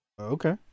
Okay